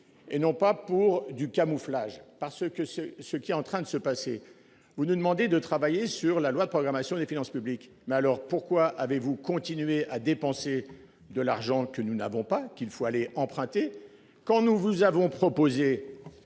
et non pas pour du camouflage, parce que ce, ce qui est en train de se passer, vous nous demandez de travailler sur la loi de programmation des finances publiques. Mais alors pourquoi avez-vous continuer à dépenser de l'argent que nous n'avons pas qu'il faut aller emprunter quand nous vous avons proposé.